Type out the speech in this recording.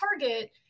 Target